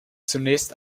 zunächst